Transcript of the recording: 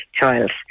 child